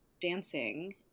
dancing